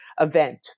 event